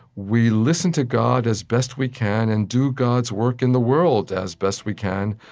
we listen to god as best we can and do god's work in the world as best we can,